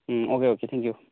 um okay okay thank U